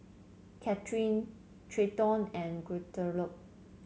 Cathrine Trenton and Guadalupe